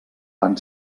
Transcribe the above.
van